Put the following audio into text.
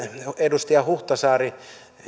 edustaja huhtasaari